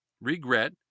regret